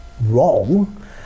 wrong